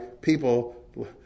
people